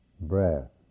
Breath